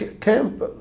camp